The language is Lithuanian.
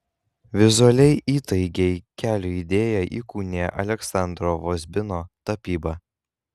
vizualiai įtaigiai kelio idėją įkūnija aleksandro vozbino tapyba